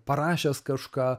parašęs kažką